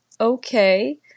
okay